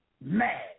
mad